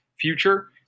future